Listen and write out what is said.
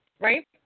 Right